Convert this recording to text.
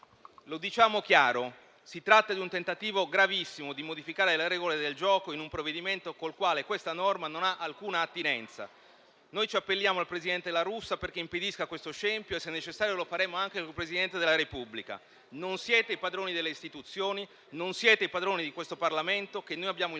Lo diciamo chiaro: si tratta di un tentativo gravissimo di modificare le regole del gioco in un provvedimento con il quale questa norma non ha alcuna attinenza. Noi ci appelliamo al presidente La Russa, perché impedisca questo scempio e, se necessario, lo faremo anche con il Presidente della Repubblica. Non siete i padroni delle istituzioni, non siete i padroni di questo Parlamento che noi abbiamo il